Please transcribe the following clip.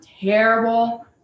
terrible